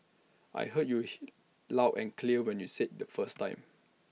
I heard you here loud and clear when you said IT the first time